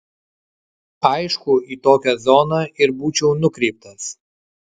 aišku į tokią zoną ir būčiau nukreiptas